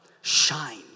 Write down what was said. Shine